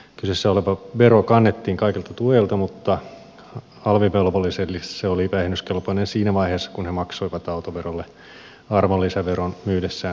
kyseessä oleva vero kannettiin kaikilta tuojilta mutta alvivelvollisille se oli vähennyskelpoinen siinä vaiheessa kun he maksoivat autoverolle arvonlisäveron myydessään auton kuluttajalle